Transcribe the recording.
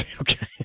okay